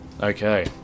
Okay